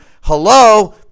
hello